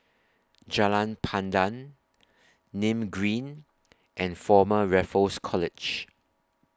Jalan Pandan Nim Green and Former Raffles College